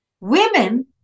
Women